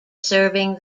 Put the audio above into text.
serving